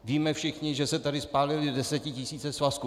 Víme všichni, že se tady spálily desetitisíce svazků.